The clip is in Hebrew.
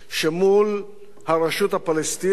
שמול הרשות הפלסטינית,